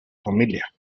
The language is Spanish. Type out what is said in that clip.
familia